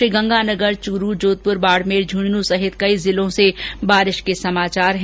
श्रीगंगानगर चूरू जोधपुर बाड़मेर झुंझुनू सहित कई जिलों से बारिश के समाचार हैं